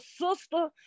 sister